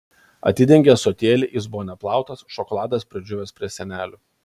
atidengė ąsotėlį jis buvo neplautas šokoladas pridžiūvęs prie sienelių